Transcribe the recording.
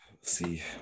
see